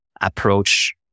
approach